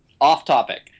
off-topic